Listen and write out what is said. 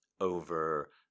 over